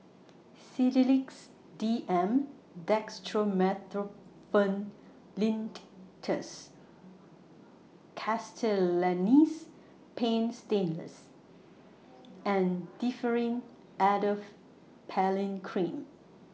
Sedilix D M Dextromethorphan Linctus Castellani's Paint Stainless and Differin Adapalene Cream